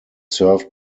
served